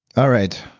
all right,